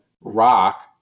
Rock